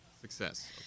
Success